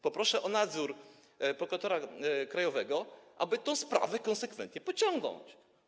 Poproszę o nadzór prokuratora krajowego, o to, aby tę sprawę konsekwentnie pociągnąć.